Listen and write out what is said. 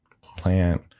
plant